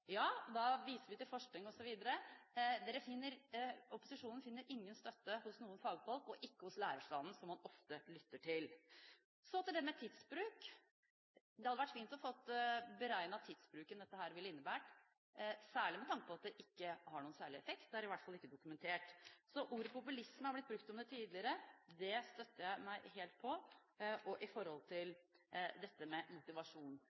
Ja, da viser vi til forskning osv. Opposisjonen finner ingen støtte hos noen fagfolk og ikke hos lærerstanden, som man ofte lytter til. Så til det med tidsbruk. Det hadde vært fint å få beregnet tidsbruken dette ville innebære, særlig med tanke på at det ikke har noen særlig effekt. Det er i hvert fall ikke dokumentert. Ordet «populisme» har blitt brukt om det tidligere. Det støtter jeg meg helt på med hensyn til dette med motivasjon.